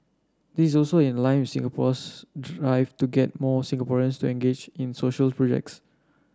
this is also in line with Singapore's drive to get more Singaporeans to engage in social projects